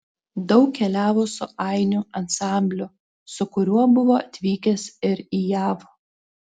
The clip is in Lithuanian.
daug keliavo su ainių ansambliu su kuriuo buvo atvykęs ir į jav